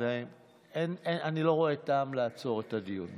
ואני לא רואה טעם לעצור את הדיון.